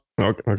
okay